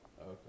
okay